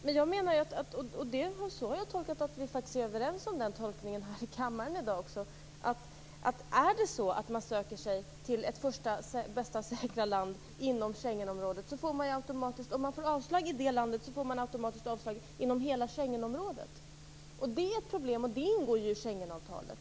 Men jag menar, och den tolkningen har jag uppfattat att vi är överens om här i kammaren i dag, att om man söker sig till första bästa säkra land inom Schengenområdet och får avslag i det landet, får man automatiskt avslag inom hela Schengenområdet. Det är ett problem, och det ingår ju i Schengenavtalet.